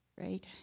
right